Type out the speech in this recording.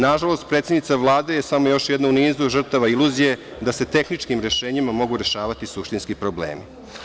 Nažalost, predsednica Vlade je samo još jedna u nizu žrtava iluzije da se tehničkim rešenjima mogu rešavati suštinski problemi.